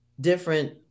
different